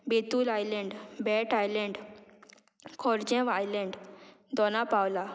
Betul island Bat island Khorjuve island Dona Paula